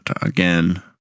Again